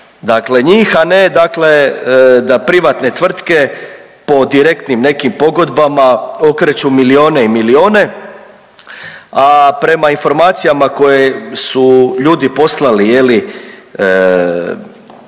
dakle njih, a ne dakle da privatne tvrtke po direktnim nekim pogodbama okreću milijune i milijune, a prema informacijama koje su ljudi poslali je li